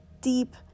deep